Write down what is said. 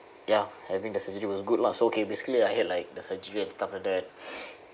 ya having the surgery was good lah so okay basically I had like the surgery and stuff like that